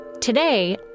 Today